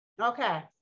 okay